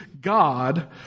God